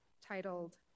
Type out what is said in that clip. titled